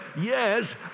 yes